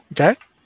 Okay